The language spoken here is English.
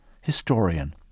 historian